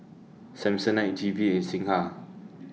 Samsonite Q V and Singha